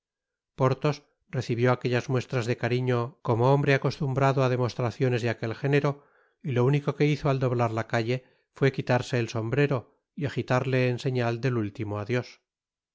porthos recibió aquellas muestras de cariño como hombre acostumbrado á demostraciones de aquel género y lo único que hizo al doblar la calle fué quitarse el sombrero y agitarle en señal del último adios